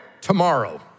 tomorrow